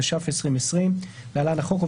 התש"ף-2020 (להלן החוק) ,